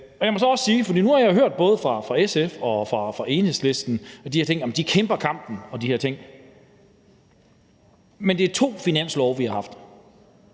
nu har jeg hørt fra både SF og Enhedslisten, at de her kæmper en kamp, at det er to finanslove, vi har haft.